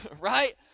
right